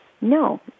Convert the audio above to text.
no